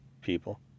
people